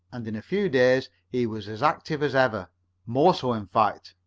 and in a few days he was as active as ever more so, in fact.